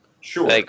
sure